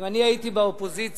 אם אני הייתי באופוזיציה,